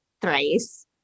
thrice